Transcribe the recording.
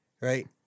Right